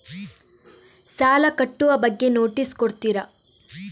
ಸಾಲ ಕಟ್ಟುವ ಬಗ್ಗೆ ನೋಟಿಸ್ ಕೊಡುತ್ತೀರ?